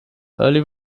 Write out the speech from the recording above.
early